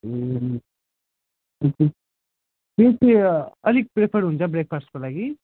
ए के चाहिँ अलिक प्रेफर हुन्छ ब्रेकफास्टको लागि